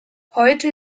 heute